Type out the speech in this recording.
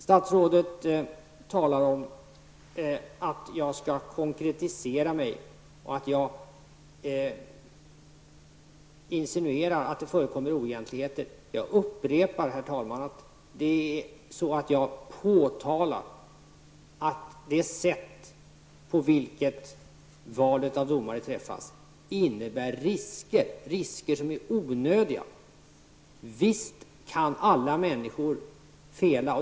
Statsrådet talar om att jag skall konkretisera mig och att jag insinuerar att det förekommer oegentligheter. Jag uppepar, herr talman, att jag påtalar att det sätt på vilket valet av domare träffas innebär risker som är onödiga. Visst kan alla människor fela.